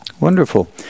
Wonderful